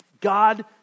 God